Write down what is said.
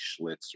Schlitz